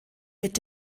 mit